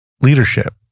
leadership